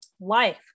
life